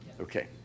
Okay